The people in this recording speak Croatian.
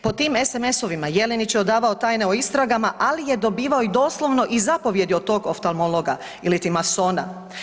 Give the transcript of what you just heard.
Po tim sms-ovima Jelinić je odavao tajne o istragama ali je dobivao i doslovno i zapovijedi od tog oftalmologa iliti masona.